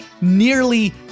nearly